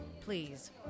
please